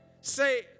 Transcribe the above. say